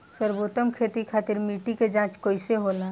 सर्वोत्तम खेती खातिर मिट्टी के जाँच कईसे होला?